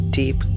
deep